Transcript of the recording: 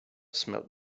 smelled